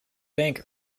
bank